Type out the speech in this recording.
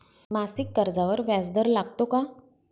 मासिक कर्जावर व्याज दर लागतो का?